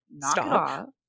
stop